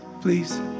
please